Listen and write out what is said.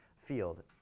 field